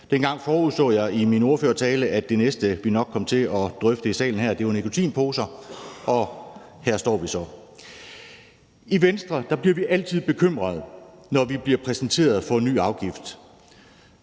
Dengang forudså jeg i min ordførertale, at det næste, vi nok kom til at drøfte i salen her, var nikotinposer, og her står vi så. I Venstre bliver vi altid bekymrede, når vi bliver præsenteret for en ny afgift.